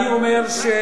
אני לא חושב